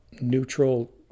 neutral